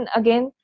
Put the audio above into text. again